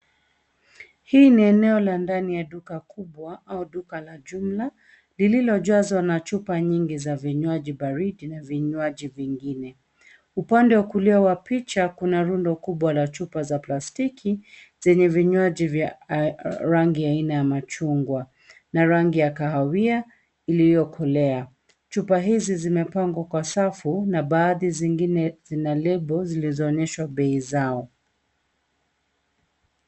Hii ni eneo la ndani ya duka kubwa au duka la jumla lililojazwa na chupa nyingi za vinywaji baridi na vinywaji vingine. Upande wa kulia wa picha kuna rundo kubwa la chupa za plastiki zenye vinywaji vya rangi ya aina ya machungwa na rangi ya kahawia iliyokolea. Chupa hizi zimepangwa kwa safu na baadhi zingine zina lebo zilizoonyeshwa bei zao.